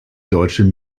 deutsche